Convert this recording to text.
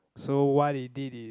so what he did is